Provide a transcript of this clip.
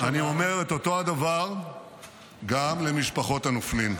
ואני אומר את אותו הדבר גם למשפחות הנופלים.